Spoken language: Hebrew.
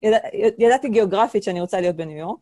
ידעתי גאוגרפית שאני רוצה להיות בניו יורק